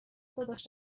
داداش